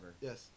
Yes